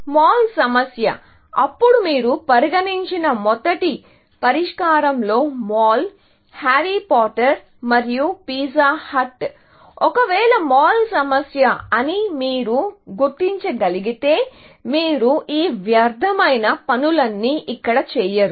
mall సమస్య అప్పుడు మీరు పరిగణించిన మొదటి పరిష్కారంలో మాల్ హ్యారీ పాటర్ మరియు పిజ్జా హట్ ఒకవేళ మాల్ సమస్య అని మీరు గుర్తించగలిగితే మీరు ఈ వ్యర్థమైన పనులన్నీ ఇక్కడ చేయరు